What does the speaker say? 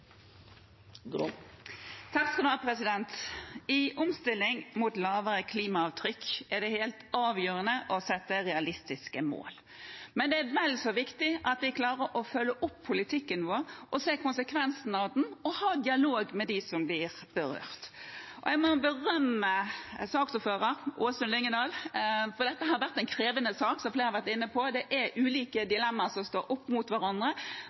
I omstilling mot lavere klimaavtrykk er det helt avgjørende å sette realistiske mål, men det er vel så viktig at vi klarer å følge opp politikken vår, se konsekvensene av den og ha dialog med dem som blir berørt. Jeg må berømme saksordfører Åsunn Lyngedal, for dette har vært en krevende sak, som flere har vært inne på. Det er ulike dilemmaer som står opp mot hverandre,